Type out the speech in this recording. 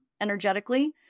energetically